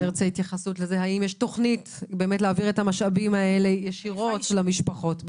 האם יש תוכנית להעביר את המשאבים האלה ישירות למשפחות?